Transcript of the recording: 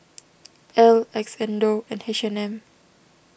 Elle Xndo and H and M